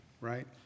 right